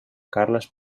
carles